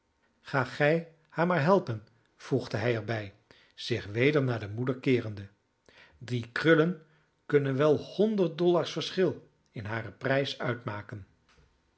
ga gij haar maar helpen voegde hij er bij zich weder naar de moeder keerende die krullen kunnen wel honderd dollars verschil in haren prijs uitmaken